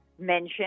mention